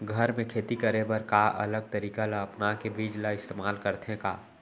घर मे खेती करे बर का अलग तरीका ला अपना के बीज ला इस्तेमाल करथें का?